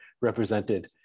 represented